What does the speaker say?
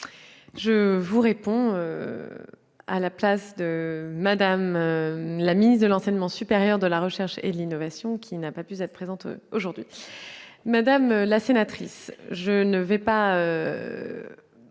je vous réponds à la place de Mme la ministre de l'enseignement supérieur, de la recherche et de l'innovation, qui n'a pu être présente aujourd'hui. Je ne vais pas